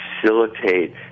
facilitate